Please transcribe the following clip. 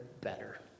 better